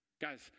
Guys